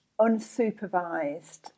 unsupervised